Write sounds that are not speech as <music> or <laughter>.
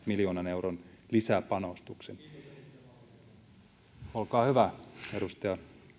<unintelligible> miljoonan euron lisäpanostuksen olkaa hyvä edustaja